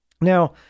Now